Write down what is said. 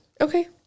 okay